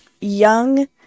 young